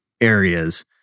areas